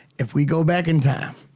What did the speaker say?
if we go back in time,